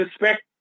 respect